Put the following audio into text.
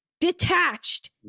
detached